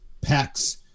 packs